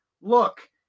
look